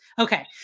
Okay